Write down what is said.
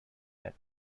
that